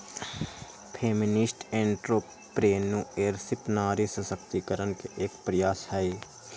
feminist entrepreneurship नारी सशक्तिकरण के एक प्रयास हई